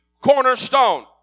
cornerstone